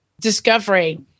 discovery